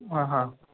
हा हा